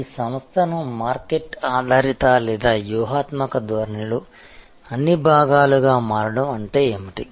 మీ సంస్థను మార్కెట్ ఆధారిత లేదా వ్యూహాత్మక ధోరణిలో అన్ని భాగాలు గా మారడం అంటే ఏమిటి